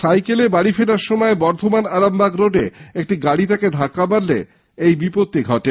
সাইকেলে বাড়ী ফেরার সময় বর্ধমান আরামবাগ রোডে একটি গাড়ী তাঁকে ধাক্কা মারলে এই বিপত্তি ঘটে